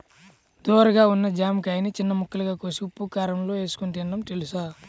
ధోరగా ఉన్న జామకాయని చిన్న ముక్కలుగా కోసి ఉప్పుకారంలో ఏసుకొని తినడం తెలుసా?